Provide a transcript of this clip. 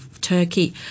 Turkey